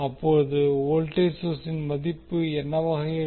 அப்போது வோல்டேஜ் சோர்ஸின் மதிப்பு என்னவாக இருக்கும்